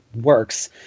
works